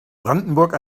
brandenburg